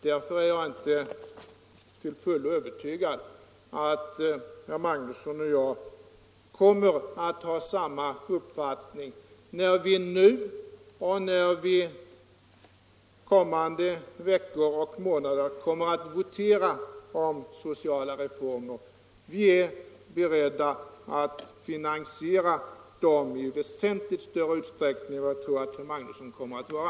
Därför är jag inte till fullo övertygad om att herr Magnusson i Borås och jag kommer att ha samma uppfattning när vi nu och under kommande veckor och månader voterar om sociala reformer. Vi är beredda att finansiera dem i väsentligt större utsträckning än jag tror att herr Magnusson kommer att vara.